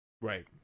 Right